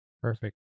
Perfect